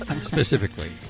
specifically